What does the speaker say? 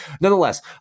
nonetheless